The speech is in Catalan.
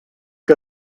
que